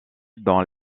dans